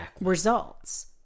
results